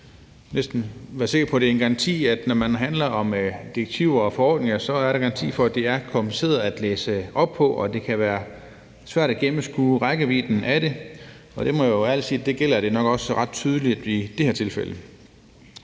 FuelEU Maritime-forordningerne, og når det handler om direktiver og forordninger, er der næsten garanti for, at det er kompliceret at læse op på, og at det kan være svært at gennemskue rækkevidden af det. Det må jeg jo ærligt sige også er ret tydeligt i det her tilfælde.